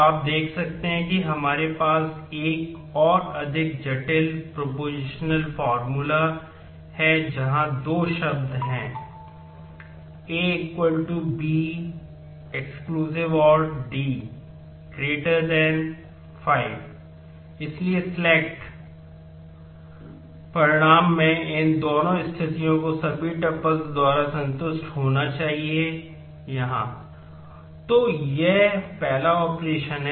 तो आप देख सकते हैं कि यहाँ हमारे पास एक और अधिक जटिल प्रोपोज़िशनल फार्मूला है